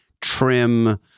trim